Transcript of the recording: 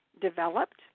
developed